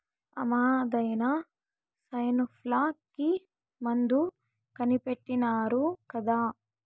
ఆమద్దెన సైన్ఫ్లూ కి మందు కనిపెట్టినారు కదా